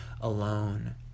alone